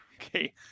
Okay